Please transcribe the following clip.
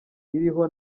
iriho